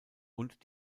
und